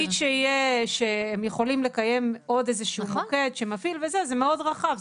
להגיש שהם יכולים עוד איזשהו מוקד שמפעיל זה מאוד רחב,